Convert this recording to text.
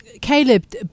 Caleb